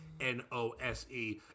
N-O-S-E